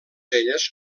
elles